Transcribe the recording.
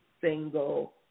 single